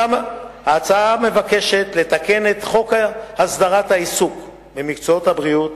ההצעה מבקשת לתקן את חוק הסדרת העיסוק במקצועות הבריאות,